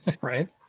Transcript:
right